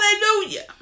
Hallelujah